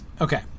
Okay